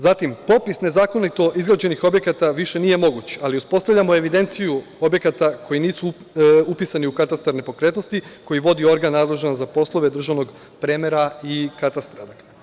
Zatim, popis nezakonito izgrađenih objekata više nije moguć, ali uspostavljamo evidenciju objekata koji nisu upisani u katastar nepokretnosti koji vodi organ nadležan za poslove državnog premera i katastra.